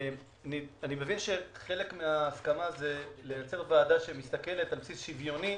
אני מבין שחלק מההסכמה זה לייצר ועדה שמסתכלת על בסיס שוויוני